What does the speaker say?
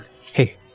hey